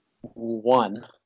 one